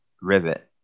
Rivet